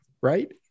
Right